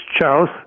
Charles